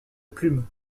plume